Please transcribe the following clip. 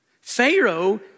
Pharaoh